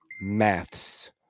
Maths